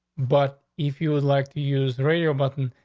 but if you would like to use radio button,